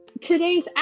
today's